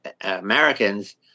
Americans